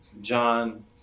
John